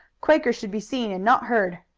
quakers should be seen and not heard.